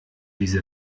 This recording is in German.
diese